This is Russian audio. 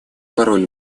порой